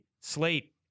Slate